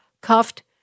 cuffed